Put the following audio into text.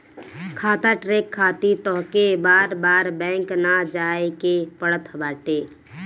खाता ट्रैक खातिर तोहके बार बार बैंक ना जाए के पड़त बाटे